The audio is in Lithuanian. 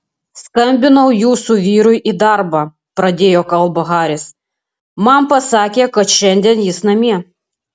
skambinau jūsų vyrui į darbą pradėjo kalbą haris man pasakė kad šiandien jis namie